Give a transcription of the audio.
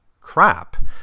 crap